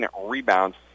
rebounds